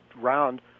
round